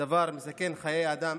הדבר מסכן חיי אדם.